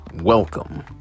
Welcome